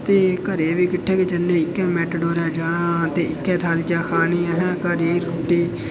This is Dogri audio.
ते घरै ई बी किट्ठे गै जन्ने इक्कै मैटाडोरा पर जन्ने ते इक्कै थालिया खानी असें घर जाइयै रुट्टी